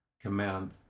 command